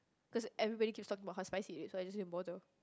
cause everybody keeps talk about how is spicy so it is immortal